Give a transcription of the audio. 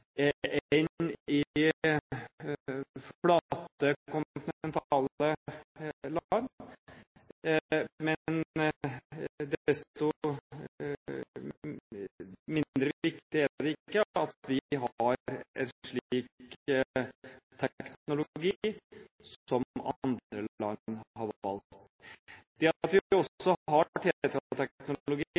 i flate, kontinentale land, men desto mindre viktig er det ikke at vi har en slik teknologi som andre land har valgt. Det at vi også har TETRA-teknologien, har vært en diskusjon. Det gjør også at vi har